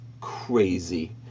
crazy